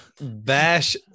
Bash